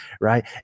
right